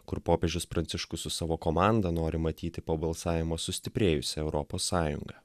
kur popiežius pranciškus su savo komanda nori matyti po balsavimo sustiprėjusią europos sąjungą